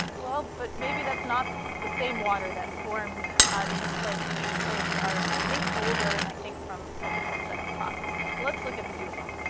well, but maybe that's not the same water that formed these clays. these clays are i think older and i think from a different set of processes, so let's look at a few of em.